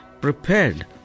prepared